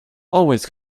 always